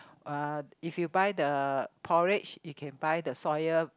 uh if you buy the porridge you can buy the soya